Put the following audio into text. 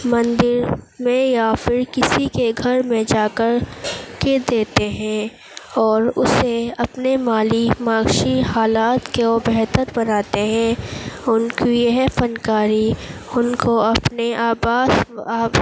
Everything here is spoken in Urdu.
مندر میں یا پھر کسی کے گھر میں جا کر کے دیتے ہیں اور اسے اپنے مالک حالات کے وہ بہتر بناتے ہیں ان کی یہ فنکاری ان کو اپنے